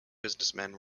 businessman